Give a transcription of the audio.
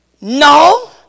No